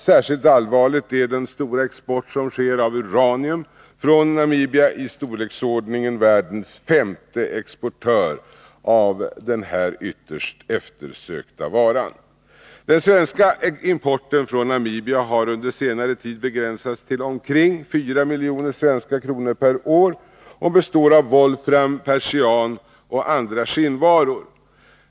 Särskilt allvarlig är den stora exporten av uranium från Namibia, i storleksordningen världens femte exportör av denna ytterst eftersökta vara. Den svenska importen från Namibia har under senare tid begränsats till omkring 4 miljoner svenska kronor per år och består av volfram, persian och andra skinnvaror.